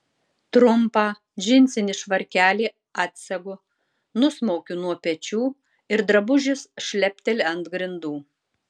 trumpą džinsinį švarkelį atsegu nusmaukiu nuo pečių ir drabužis šlepteli ant grindų